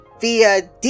via